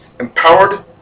empowered